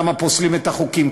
למה פוסלים את החוקים,